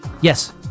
Yes